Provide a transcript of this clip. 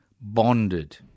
bonded